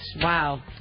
wow